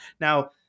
Now